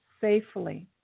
safely